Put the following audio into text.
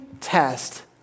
test